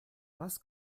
was